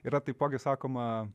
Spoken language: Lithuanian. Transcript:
yra taipogi sakoma